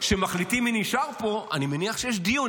כשמחליטים מי נשאר פה, אני מניח שיש דיון.